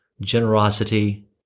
generosity